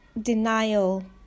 denial